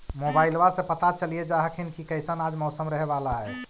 मोबाईलबा से पता चलिये जा हखिन की कैसन आज मौसम रहे बाला है?